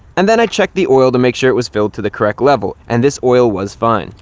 and then i checked the oil to make sure it was filled to the correct level, and this oil was fine.